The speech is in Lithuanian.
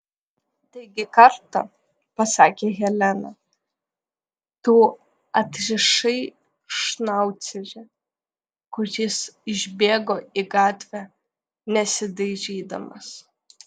taigi kartą pasakė helena tu atrišai šnaucerį kuris išbėgo į gatvę nesidairydamas